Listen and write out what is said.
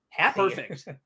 perfect